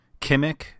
Kimmich